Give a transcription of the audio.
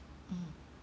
mm